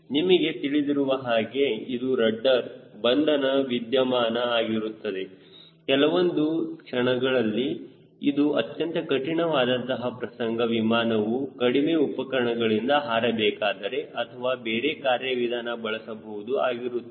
ನಿಮಗೆ ತಿಳಿದಿರುವ ಹಾಗೆ ಇದು ರಡ್ಡರ್ ಬಂಧನ ವಿದ್ಯಮಾನ ಆಗಿರುತ್ತದೆ ಕೆಲವೊಂದು ಕ್ಷಣಗಳಲ್ಲಿ ಇದು ಅತ್ಯಂತ ಕಠಿಣವಾದಂತಹ ಪ್ರಸಂಗ ವಿಮಾನವು ಕಡಿಮೆ ಉಪಕರಣಗಳಿಂದ ಹಾರಬೇಕಾದರೆ ಅಥವಾ ಬೇರೆ ಕಾರ್ಯವಿಧಾನ ಬಳಸುವುದು ಆಗಿರುತ್ತದೆ